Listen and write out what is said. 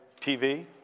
TV